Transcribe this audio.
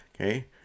okay